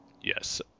Yes